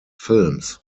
films